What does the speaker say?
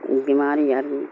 بیماری آدمی